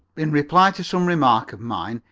in reply to some remark of mine,